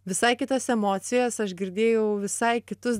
visai kitas emocijas aš girdėjau visai kitus